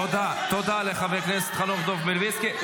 תודה לחבר הכנסת חנוך מלביצקי.